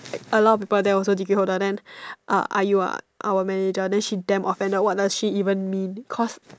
a lot people there also degree holder then uh I_U ah our manager then she damn offended what does she even mean cause